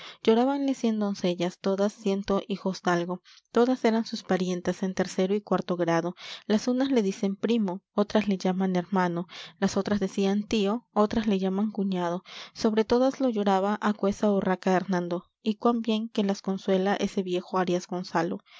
gonzalo llorábanle cien doncellas todas ciento hijosdalgo todas eran sus parientas en tercero y cuarto grado las unas le dicen primo otras le llaman hermano las otras decían tío otras le llaman cuñado sobre todas lo lloraba aquesa urraca hernando y cuán bien que las consuela ese viejo arias gonzalo